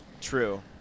True